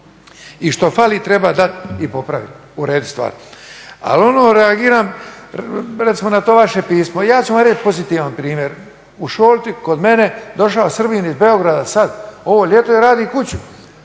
I što fali, treba dati i popraviti. Urediti stvar. Ali ono, reagiram, recimo na to vaše pismo. Ja ću vam reći pozitivan primjer. U Šolti, kod mene, došao Srbin iz Beograda sada ovo ljeto i radi kuću,